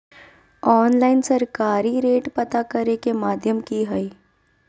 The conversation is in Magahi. ऑनलाइन सरकारी रेट पता करे के माध्यम की हय?